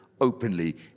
openly